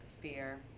fear